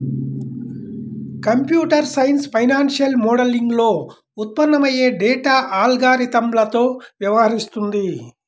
computer science financial మోడలింగ్లో ఉత్పన్నమయ్యే data అల్గారిథమ్లతో వ్యవహరిస్తుంది